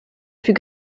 plus